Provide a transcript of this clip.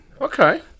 Okay